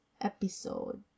episode